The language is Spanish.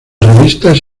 revistas